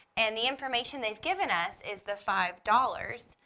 and the information they've given us is the five dollars,